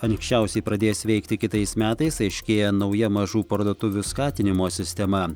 anksčiausiai pradės veikti kitais metais aiškėja nauja mažų parduotuvių skatinimo sistema